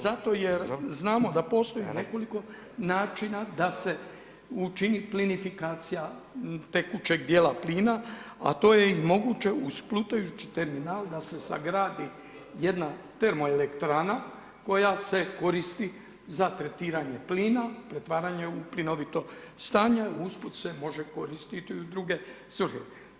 Zato jer znamo da postoji nekoliko načina da se učini plinofikacija tekućeg djela plina a to je moguće uz plutajući terminal da se sagradi jedna termoelektrana koja se koristi za tretiranje plina, pretvaranje u plinovito stanje a usput se može koristiti i u druge svrhe.